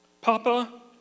Papa